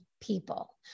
people